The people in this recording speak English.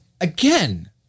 again